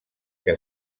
que